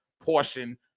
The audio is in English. portion